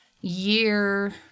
year